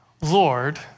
Lord